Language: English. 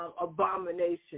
abomination